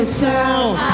sound